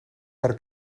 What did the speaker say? per